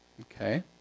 Okay